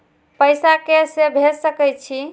पैसा के से भेज सके छी?